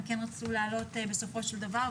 הם כן רצו לעלות בסופו של דבר,